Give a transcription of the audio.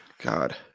God